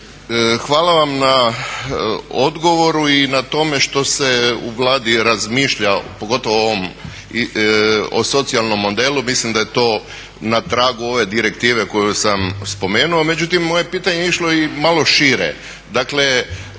Hvala vam na odgovoru i na tome što se u Vladi razmišlja pogotovo o ovom socijalnom modelu. Mislim da je to na tragu ove direktive koju sam spomenuo. Međutim moje je pitanje išlo i malo šire.